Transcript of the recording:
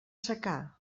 secà